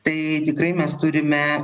tai tikrai mes turime